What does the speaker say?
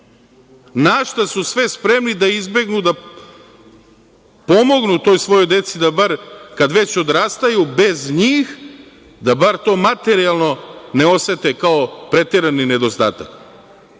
na šta su sve spremni da izbegnu da pomognu toj svojoj deci kad već odrastaju bez njih da bar to materijalno ne osete kao preterani nedostatak. Prošao